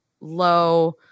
low